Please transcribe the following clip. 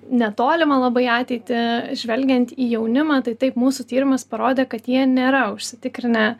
netolimą labai ateitį žvelgiant į jaunimą tai taip mūsų tyrimas parodė kad jie nėra užsitikrinę